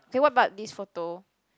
okay what about this photo